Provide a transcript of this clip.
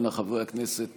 אנא, חברי הכנסת,